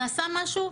נעשה משהו,